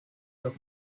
los